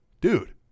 Dude